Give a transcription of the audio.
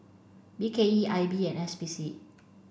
B K E I B and S P C